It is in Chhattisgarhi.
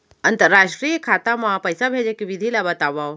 अंतरराष्ट्रीय खाता मा पइसा भेजे के विधि ला बतावव?